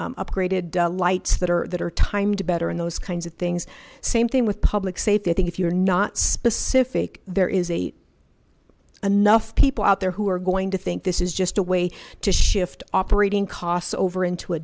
upgraded lights that are that are timed better and those kinds of things same thing with public safety i think if you're not specific there is a enough people out there who are going to think this is just a way to shift operating costs over into a